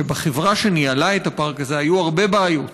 שבחברה שניהלה את הפארק הזה היו הרבה בעיות,